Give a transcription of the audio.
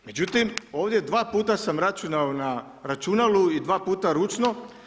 Međutim, ovdje dva puta sam računao na računalu i dva puta ručno.